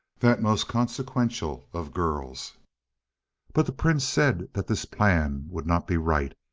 that most consequential of girls but the prince said that this plan would not be right,